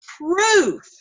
proof